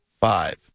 five